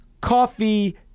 coffee